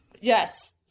Yes